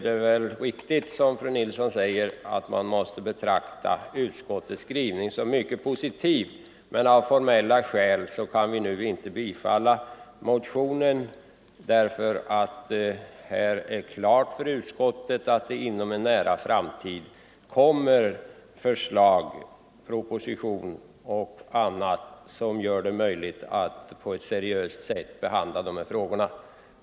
Det är riktigt, som fru Nilsson säger, att man måste betrakta utskottets skrivning som mycket positiv. Men av formella skäl kan vi nu inte tillstyrka motionen — det står klart för utskottet att det inom en nära framtid kommer att framläggas en proposition som gör det möjligt att behandla 55 dessa frågor på ett seriöst sätt.